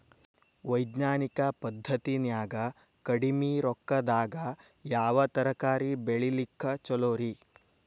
ವೈಜ್ಞಾನಿಕ ಪದ್ಧತಿನ್ಯಾಗ ಕಡಿಮಿ ರೊಕ್ಕದಾಗಾ ಯಾವ ತರಕಾರಿ ಬೆಳಿಲಿಕ್ಕ ಛಲೋರಿ?